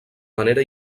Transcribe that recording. manera